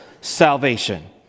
salvation